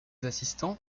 assistants